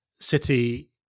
City